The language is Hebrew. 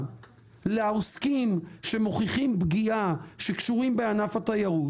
לעוסקים שמוכיחים פגיעה שקשורים בענף התיירות.